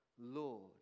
Lord